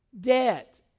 debt